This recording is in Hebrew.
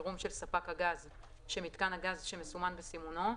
החירום של ספק הגז שמיתקן הגז שמסומן בסימונו,